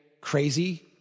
crazy